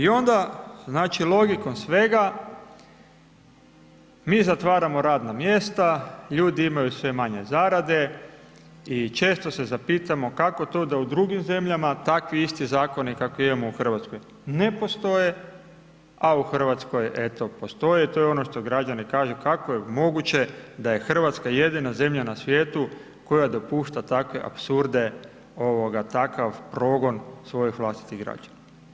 I onda, znači, logikom svega, mi zatvaramo radna mjesta, ljudi imaju sve manje zarade i često se zapitamo kako to da u drugim zemljama takvi isti zakoni kakve imamo u RH ne postoje, a u RH eto postoje, to je ono što građani kažu kako je moguće da je RH jedina zemlja na svijetu koja dopušta takve apsurde, takav progon svojih vlastitih građana.